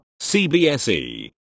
CBSE